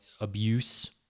abuse